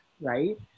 right